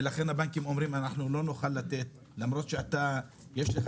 ולכן הבנקים אומרים אנחנו לא נוכל לתת למרות שיש לך